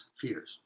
fears